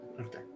Okay